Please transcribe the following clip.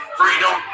freedom